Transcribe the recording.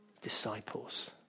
disciples